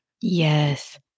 Yes